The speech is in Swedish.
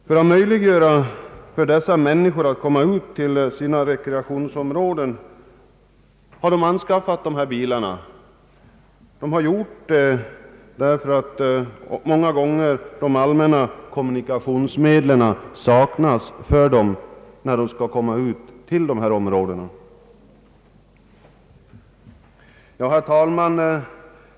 Människorna har anskaffat bilar för att kunna komma ut till sina rekreationsområden, och många gånger har de skaffat dessa bilar därför att allmänna kommunikationsmedel till dessa områden saknas. Herr talman!